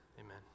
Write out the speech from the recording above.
amen